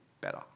better